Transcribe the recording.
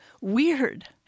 weird